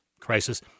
crisis